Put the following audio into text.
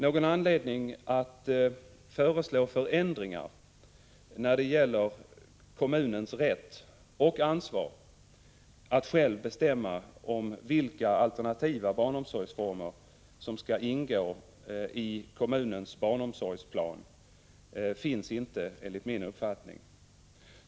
Någon anledning att föreslå förändringar när det gäller kommunens rätt — och ansvar — att själv bestämma om vilka alternativa barnomsorgsformer som skall ingå i kommunens barnomsorgsplan finns inte enligt min mening.